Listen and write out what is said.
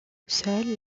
seule